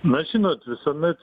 na žinot visuomet